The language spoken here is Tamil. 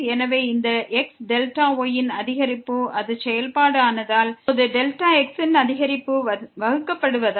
எனவே இந்த x y ன் அதிகரிப்பு அது செயல்பாடு ஆனதால் இப்போது x ன் அதிகரிப்பால் வகுக்கப்படுவதால்